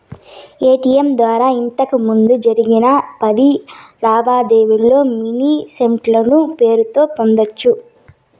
ATM ద్వారా ఇంతకిముందు జరిపిన పది లావాదేవీల్లో మినీ స్టేట్మెంటు పేరుతో పొందొచ్చు